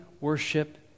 worship